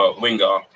winger